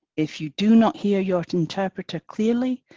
if you do not hear your interpreter clearly,